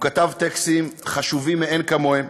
הוא כתב טקסטים חשובים מאין כמותם,